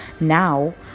Now